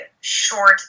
short